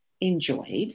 enjoyed